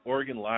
Oregon